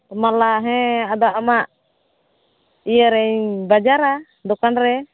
ᱢᱟᱞᱟ ᱦᱮᱸ ᱟᱫᱚ ᱟᱢᱟᱜ ᱤᱭᱟᱹᱨᱤᱧ ᱵᱟᱡᱟᱨᱟ ᱫᱚᱠᱟᱱ ᱨᱮ